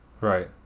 right